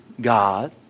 God